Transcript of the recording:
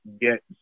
get